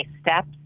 steps